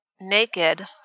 naked